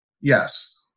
Yes